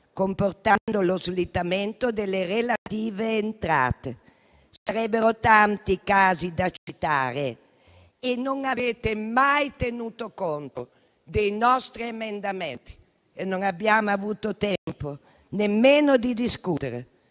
comportando lo slittamento delle relative entrate. Sarebbero tanti i casi da citare. Non avete mai tenuto conto dei nostri emendamenti e non abbiamo avuto tempo nemmeno di discutere.